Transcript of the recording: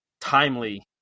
timely